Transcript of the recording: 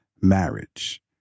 marriage